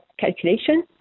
calculation